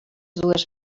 dues